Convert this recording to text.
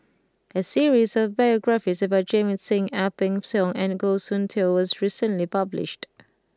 a series of biographies about Jamit Singh Ang Peng Siong and Goh Soon Tioe was recently published